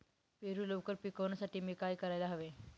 पेरू लवकर पिकवण्यासाठी मी काय करायला हवे?